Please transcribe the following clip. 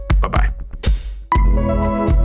bye-bye